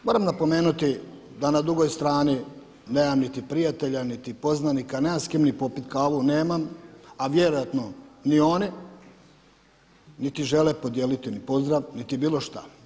Moram napomenuti da na drugoj strani nemam niti prijatelja, niti poznanika, nemam s kim ni popit kavu nemam, a vjerojatno ni oni, niti žele podijeliti pozdrav niti bilo šta.